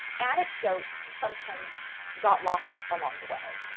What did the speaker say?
anecdotes sometimes got lost along the way.